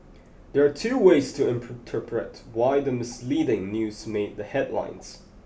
there are two ways to interpret why the misleading news made the headlines